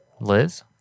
Liz